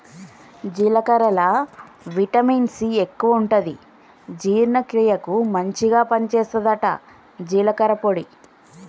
జీలకర్రల vitamin C ఎక్కువుంటది జీర్ణ క్రియకు మంచిగ పని చేస్తదట జీలకర్ర పొడి